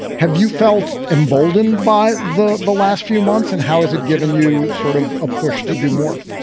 have you felt emboldened by the the last few months and how has it given you sort of a push to do more?